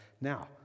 Now